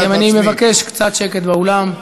חברים, אני מבקש קצת שקט באולם.